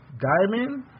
Diamond